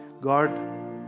God